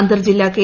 അന്തർജില്ലാ K